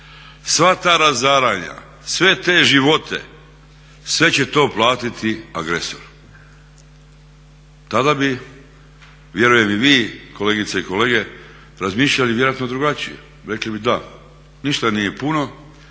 sva ta razaranja, sve te živote sve će to platiti agresor. Tada bi vjerujem i vi kolegice i kolege, razmišljali vjerojatno drugačije. Rekli bi da ništa nije puno